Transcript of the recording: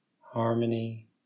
harmony